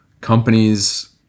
companies